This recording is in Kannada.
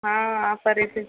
ಹಾಂ ಆಫರಿದೆ